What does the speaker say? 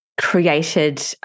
created